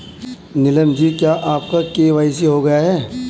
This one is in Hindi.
नीलम जी क्या आपका के.वाई.सी हो गया है?